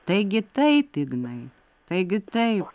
taigi taip ignai taigi taip